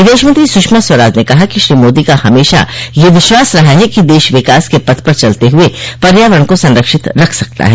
विदेश मंत्री सुषमा स्वराज ने कहा कि श्री मोदी का हमेशा यह विश्वास रहा है कि देश विकास के पथ पर चलते हुए पर्यावरण को संरक्षित रख सकता है